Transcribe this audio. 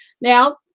Now